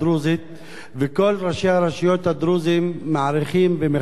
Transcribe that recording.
וכל ראשי הרשויות הדרוזים מעריכים ומכבדים את